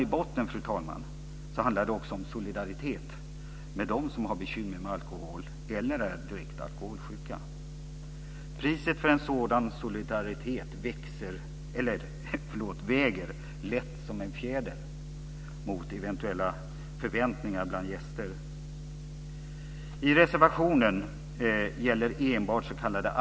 I botten, fru talman, handlar det också om solidaritet med dem som har bekymmer med alkohol eller som är direkt alkoholsjuka. Priset för en sådan solidaritet väger lätt som en fjäder mot eventuella förväntningar bland gäster. Frågan är alltså något insnävad.